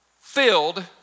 Filled